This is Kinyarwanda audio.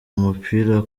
mupira